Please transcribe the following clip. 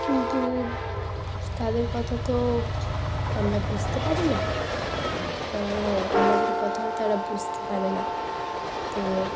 কিন্তু তাদের কথা তো আমরা বুঝতে পারি না আর আমাদের কথাও তারা বুঝতে পারে না তো